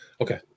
Okay